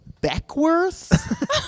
Beckworth